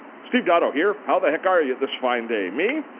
steve dotto here. how the heck are you this fine day? me?